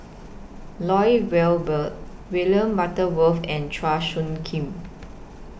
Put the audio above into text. Lloyd Valberg William Butterworth and Chua Soo Khim